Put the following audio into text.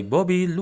Bobby